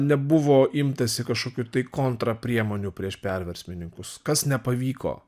nebuvo imtasi kažkokių tai kontrapriemonių prieš perversmininkus kas nepavyko